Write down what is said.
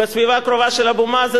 בסביבה הקרובה של אבו מאזן,